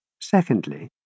Secondly